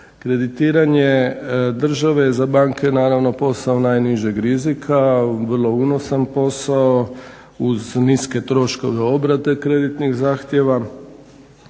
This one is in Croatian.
Kreditiranje države za banke je naravno posao najnižeg rizika, vrlo unosan posao uz niske troškove obrade kreditnih zahtjeva.